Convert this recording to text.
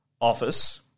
Office